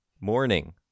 morning